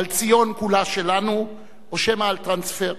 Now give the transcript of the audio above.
על ציון כולה שלנו או שמא על טרנספר?